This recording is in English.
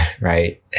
right